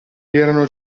erano